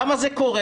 למה זה קורה?